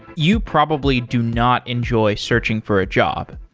you probably do not enjoy searching for a job.